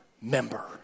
member